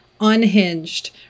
unhinged